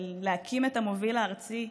ולהקים את המוביל הארצי,